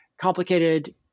complicated